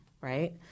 right